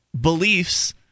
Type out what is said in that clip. beliefs